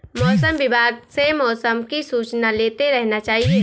मौसम विभाग से मौसम की सूचना लेते रहना चाहिये?